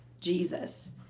Jesus